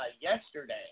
yesterday